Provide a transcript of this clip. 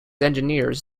engineers